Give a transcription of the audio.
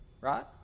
right